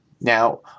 Now